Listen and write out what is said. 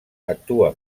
actua